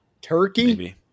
Turkey